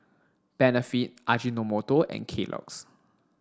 Benefit Ajinomoto and Kellogg's